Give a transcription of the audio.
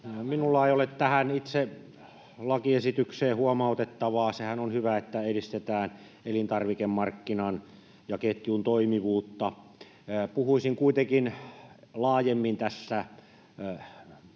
Minulla ei ole tähän itse lakiesitykseen huomautettavaa. Sehän on hyvä, että edistetään elintarvikemarkkinan ja ‑ketjun toimivuutta. Puhuisin kuitenkin laajemmin tässä